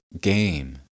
game